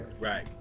Right